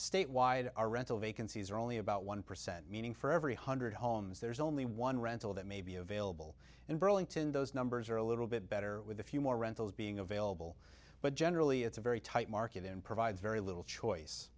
statewide our rental vacancies are only about one percent meaning for every hundred homes there's only one rental that may be available in burlington those numbers are a little bit better with a few more rentals being available but generally it's a very tight market and provides very little choice